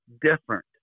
different